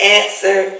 answer